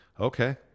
Okay